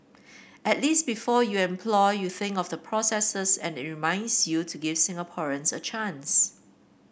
at least before you employ you think of the processes and reminds you to give Singaporeans a chance